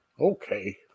okay